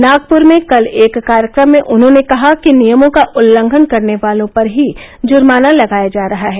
नागपुर में कल एक कार्यक्रम में उन्होंने कहा कि नियमों का उल्लंघन करने वालों पर ही जुर्माना लगाया जा रहा है